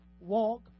walk